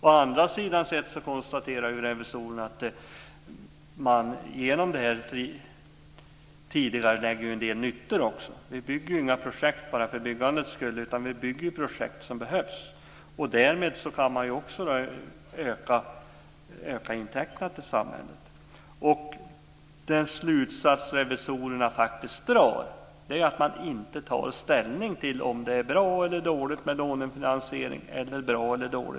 Å andra sidan konstaterar revisorerna att man också tidigarelägger en del nyttigheter. Vi genomför inte projekt bara för byggandets skull, utan vi genomför projekt som behövs, och därmed ökar samhällets intäkter. I den slutsats som revisorerna faktiskt drar tar de inte ställning till om det är bra eller dåligt med lånefinansiering eller med PPP.